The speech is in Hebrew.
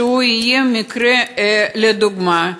שיהיה מקרה לדוגמה,